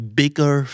bigger